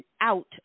out